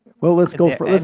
well, let's go further.